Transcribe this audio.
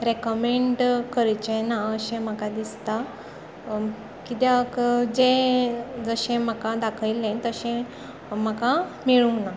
recommend करचें ना अशें म्हाका दिसता कित्याक जें जशें म्हाका दाखयिल्लें तशें म्हाका मेळूंक ना